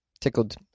Tickled